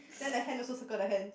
then the hand also circle the hand